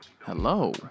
Hello